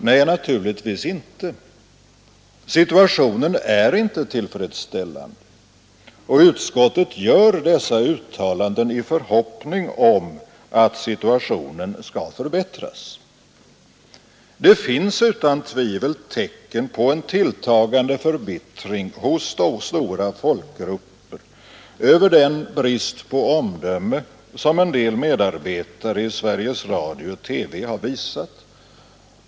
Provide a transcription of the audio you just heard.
Nej, naturligtvis inte. Situationen är inte tillfredsställande, och utskottet gör dessa uttalanden i förhoppning om att situationen skall förbättras. Det finns utan tvivel tecken på en tilltagande förbittring hos stora folkgrupper över den brist på omdöme som en del medarbetare i Sveriges Radio-TV har visat.